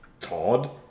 Todd